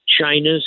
China's